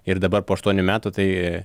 ir dabar po aštuonių metų tai